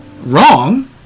wrong